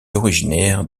originaire